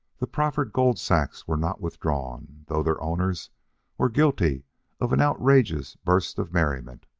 the proffered gold-sacks were not withdrawn, though their owners were guilty of an outrageous burst of merriment.